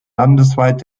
landesweit